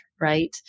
right